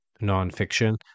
nonfiction